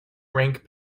rank